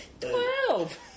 Twelve